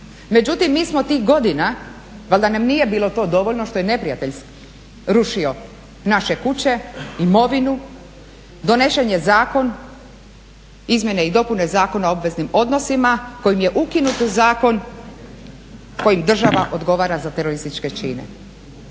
Međutim mi smo tih godina, valjda nam nije bilo to dovoljno što je neprijatelj rušio naše kuće, imovinu, donesen je zakon, izmjene i dopune Zakona o obveznim odnosima kojim je ukinuti zakon kojim državama odgovara za terorističke čine.